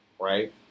right